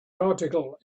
article